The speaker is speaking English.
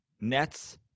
Nets